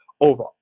over